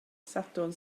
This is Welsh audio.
sadwrn